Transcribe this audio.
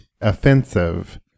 Offensive